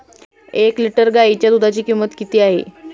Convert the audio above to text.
एक लिटर गाईच्या दुधाची किंमत किती आहे?